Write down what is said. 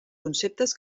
conceptes